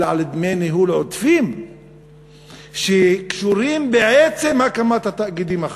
אלא על דמי ניהול עודפים שקשורים לעצם הקמת התאגידים החדשים.